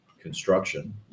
construction